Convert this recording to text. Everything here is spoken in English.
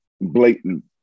blatant